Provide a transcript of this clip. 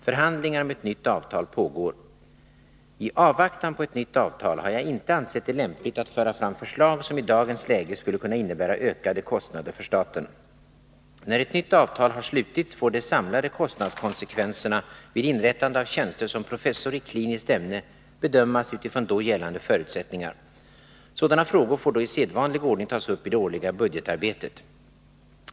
Förhandlingar om ett nytt avtal pågår. I avvaktan på ett nytt avtal har jag inte ansett det lämpligt att föra fram förslag som i dagens läge skulle kunna innebära ökade kostnader för staten. När ett nytt avtal har slutits får de samlade kostnadskonsekvenserna vid inrättande av tjänster som professor i kliniskt ämne bedömas utifrån då gällande förutsättningar. Sådana frågor får då i sedvanlig ordning tas upp i det årliga budgetarbetet.